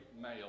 male